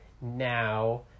now